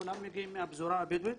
כולם מגיעים מהפזורה הבדואית.